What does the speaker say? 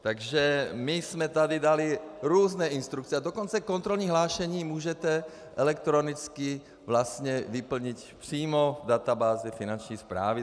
Takže my jsme tady dali různé instrukce, a dokonce kontrolní hlášení můžete elektronicky vyplnit přímo v databázi Finanční správy.